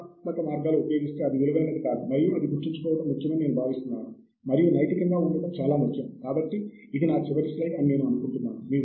రామమూర్తి మరియు నా సహచరులకు నేను కృతజ్ఞతలు తెలియజేస్తున్నాను